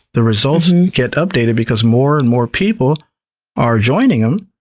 the results and get updated because more and more people are joining them,